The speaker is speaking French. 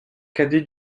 cadet